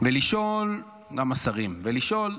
וגם השרים, ולשאול,